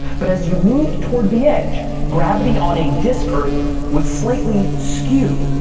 but as you move toward the edge, gravity on a disk earth would slightly skew,